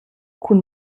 cun